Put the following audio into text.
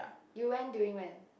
you went during when